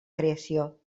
creació